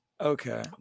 okay